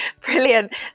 Brilliant